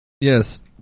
Yes